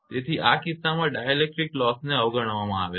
તેથી આ કિસ્સામાં ડાઇલેક્ટ્રિક લોસને અવગણવામાં આવે છે